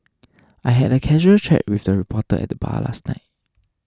I had a casual chat with a reporter at the bar last night